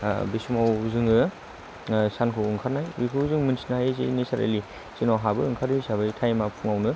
बे समाव जोङो सानखौ ओंखारनाय बेखौ जों मिनथिनो हायो जे नेसारेलि जोंनाव हाबो ओंखारो हिसाबै टाइमा फुङावनो